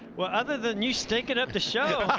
well, other than you stinking up the show,